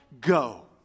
go